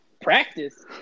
Practice